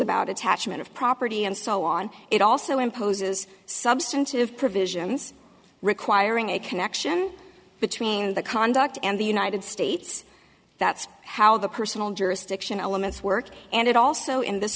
about attachment of property so on it also imposes substantive provisions requiring a connection between the conduct and the united states that's how the personal jurisdiction elements work and it also in this